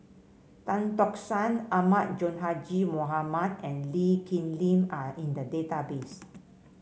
Tan Tock San Ahmad Sonhadji Mohamad and Lee Kip Lin are in the database